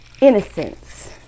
Innocence